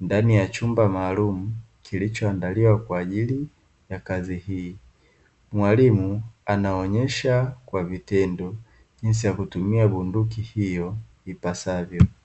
ndani ya chumba maalumu kilichoandaliwa kwaajili ya kazi hii mwalimu anaonyesha kwa vitendo jinsi ya kutumia bunduki hiyo ipaswavyo.